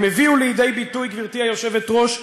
הם הביאו לידי ביטוי, גברתי היושבת-ראש,